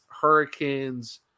Hurricanes